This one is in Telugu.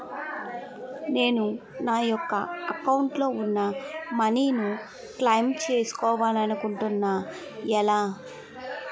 నేను నా యెక్క అకౌంట్ లో ఉన్న మనీ ను క్లైమ్ చేయాలనుకుంటున్నా ఎలా?